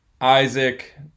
Isaac